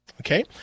okay